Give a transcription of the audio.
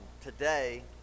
today